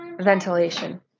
ventilation